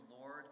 Lord